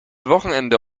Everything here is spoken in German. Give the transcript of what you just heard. wochenende